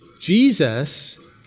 Jesus